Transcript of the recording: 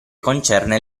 concerne